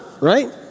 right